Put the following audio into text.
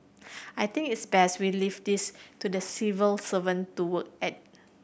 I think it's best we leave this to the civil servant to work at